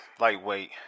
Lightweight